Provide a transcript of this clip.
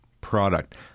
product